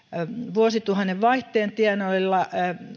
vuosituhannen vaihteen tienoilla